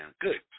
Good